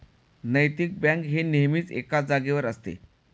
नैतिक बँक ही नेहमीच एकाच जागेवर असते